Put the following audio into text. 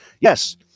Yes